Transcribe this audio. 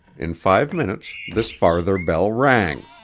in five minutes this farther bell rang.